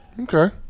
Okay